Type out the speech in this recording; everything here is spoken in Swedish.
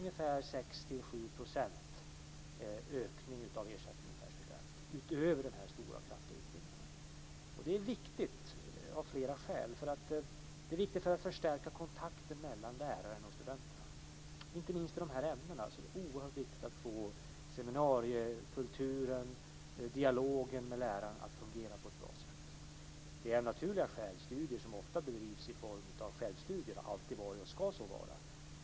Det är en ökning av ersättningen per student med 6-7 %- detta utöver den kraftiga utbyggnaden. Detta är viktigt av flera skäl. Det är viktigt för att förstärka kontakten mellan läraren och studenterna. Inte minst i de här ämnena är det oerhört viktigt att få seminariekulturen och dialogen med läraren att fungera på ett bra sätt. Det är av naturliga skäl studier som ofta bedrivs i form av självstudier. Så har det alltid varit och ska så vara.